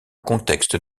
contexte